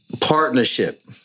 partnership